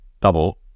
double